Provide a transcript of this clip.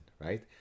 Right